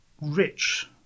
rich